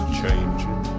changing